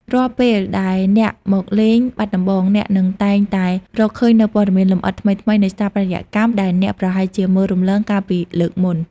រាល់ពេលដែលអ្នកមកលេងបាត់ដំបង អ្នកនឹងតែងតែរកឃើញនូវព័ត៌មានលម្អិតថ្មីៗនៃស្ថាបត្យកម្មដែលអ្នកប្រហែលជាមើលរំលងកាលពីលើកមុន។